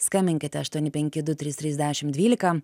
skambinkite aštuoni penki du trys trys dešim dvylika